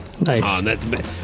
Nice